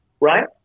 right